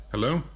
Hello